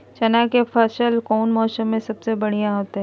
चना के फसल कौन मौसम में सबसे बढ़िया होतय?